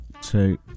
Two